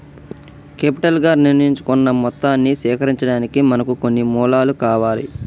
capital గా నిర్ణయించుకున్న మొత్తాన్ని సేకరించడానికి మనకు కొన్ని మూలాలు కావాలి